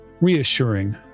reassuring